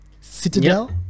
Citadel